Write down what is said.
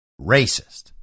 racist